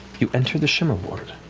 you've entered the shimmer ward,